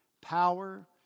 power